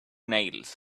nails